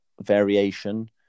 variation